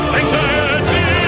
anxiety